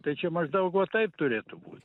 tai čia maždaug va taip turėtų būti